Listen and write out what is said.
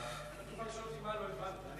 אני לא אשאל אותו מה לא הבנתי.